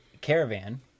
caravan